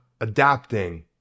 adapting